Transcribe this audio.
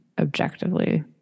objectively